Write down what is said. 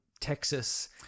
Texas